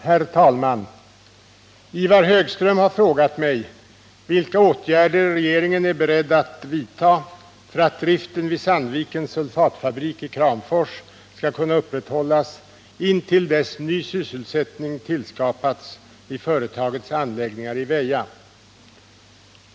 Herr talman! Ivar Högström har frågat mig vilka åtgärder regeringen är beredd att vidta för att driften vid Sandvikens sulfatfabrik i Kramfors skall kunna upprätthållas intill dess ny sysselsättning tillskapats vid företagets anläggningar i Väja.